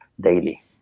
daily